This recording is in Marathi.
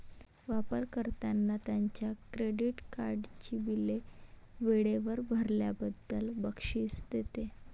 वापर कर्त्यांना त्यांच्या क्रेडिट कार्डची बिले वेळेवर भरल्याबद्दल बक्षीस देते